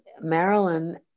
Marilyn